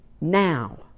now